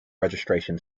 registration